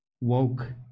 Woke